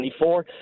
2024